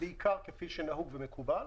בעיקר כפי שנהוג ומקובל.